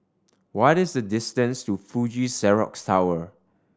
what is the distance to Fuji Xerox Tower